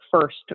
first